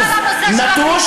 של הפליטים,